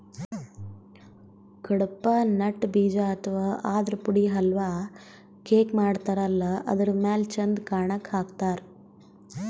Cuddapah nut ಬೀಜ ಅಥವಾ ಆದ್ರ ಪುಡಿ ಹಲ್ವಾ, ಕೇಕ್ ಮಾಡತಾರಲ್ಲ ಅದರ್ ಮ್ಯಾಲ್ ಚಂದ್ ಕಾಣಕ್ಕ್ ಹಾಕ್ತಾರ್